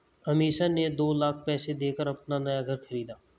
अमीषा ने दो लाख पैसे देकर अपना नया घर खरीदा